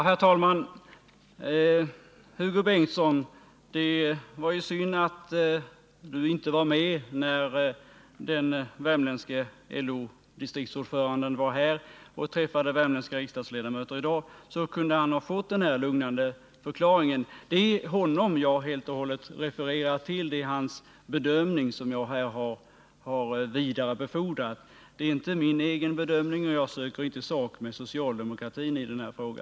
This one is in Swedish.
Herr talman! Det var synd att Hugo Bengtsson inte var med när ordföranden i Värmlands LO-distrikt i dag var här och träffade värmländska riksdagsledamöter. Då kunde Hugo Bengtsson ha givit honom denna lugnande förklaring. Det är honom jag refererar, det är hans bedömning som jag har vidarebefordrat. Det är inte min egen bedömning, och jag söker inte sak med socialdemokratin i denna fråga.